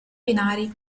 binari